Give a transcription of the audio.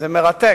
זה מרתק.